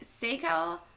Seiko